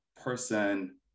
person